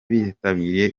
bitabiriye